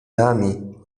nami